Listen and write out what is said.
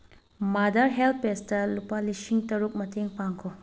mother help ꯄꯦꯁꯇ ꯂꯨꯄꯥ ꯂꯤꯁꯤꯡ ꯇꯔꯨꯛ ꯃꯇꯦꯡ ꯄꯥꯡꯈꯣ